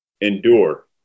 Endure